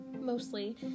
mostly